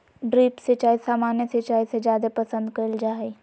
drip सिंचाई सामान्य सिंचाई से जादे पसंद कईल जा हई